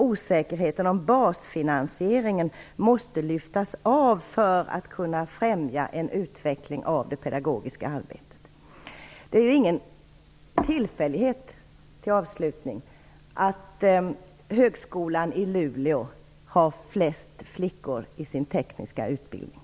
Osäkerheten om basfinansieringen måste lyftas bort för att man skall kunna främja en utveckling av det pedagogiska arbetet. Det är ju ingen tillfällighet att högskolan i Luleå har flest flickor i sin tekniska utbildning.